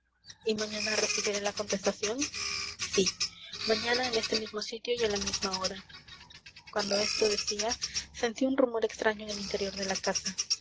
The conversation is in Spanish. y mañana recibiré la contestación sí mañana en este mismo sitio y a la misma hora cuando esto decía sentí un rumor extraño en el interior de la casa